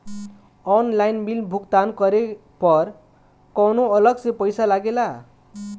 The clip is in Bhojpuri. ऑनलाइन बिल भुगतान करे पर कौनो अलग से पईसा लगेला?